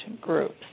groups